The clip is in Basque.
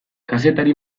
kazetari